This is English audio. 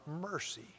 mercy